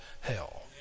hell